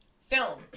film